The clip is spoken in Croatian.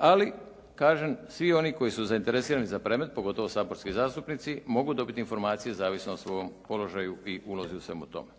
Ali kažem svi oni koji su zainteresirani za predmet pogotovo saborski zastupnici, mogu dobiti informacije zavisno o svom položaju i ulozi u svemu tome.